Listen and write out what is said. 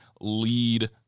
lead